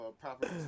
proper